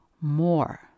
more